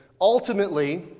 ultimately